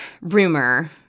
rumor